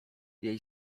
jej